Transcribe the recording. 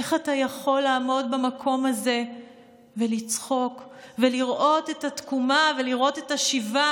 איך אתה יכול לעמוד במקום הזה ולצחוק ולראות את התקומה ולראות את השיבה?